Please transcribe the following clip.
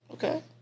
Okay